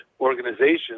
organizations